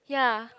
ya